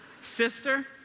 sister